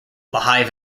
lehigh